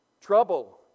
trouble